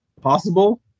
possible